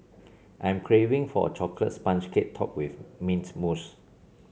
I am craving for a chocolate sponge cake topped with mint mousse